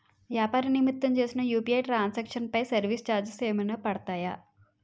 వ్యాపార నిమిత్తం చేసిన యు.పి.ఐ ట్రాన్ సాంక్షన్ పై సర్వీస్ చార్జెస్ ఏమైనా పడతాయా?